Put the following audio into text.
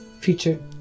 Future